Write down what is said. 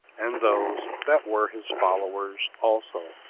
and those that were his followers also.